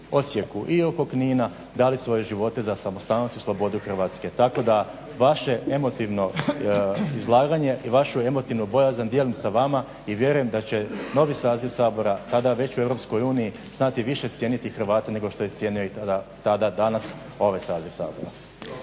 Osijeku i oko Knina dali svoje živote za samostalnost i slobodu Hrvatske. Tako da vaše emotivno izlaganje i vašu emotivnu bojazan dijelim sa vama i vjerujem da će novi saziv Sabora tada već u Europskoj uniji znati više cijeniti Hrvate nego što je cijenio tada, danas ovaj saziv Sabora.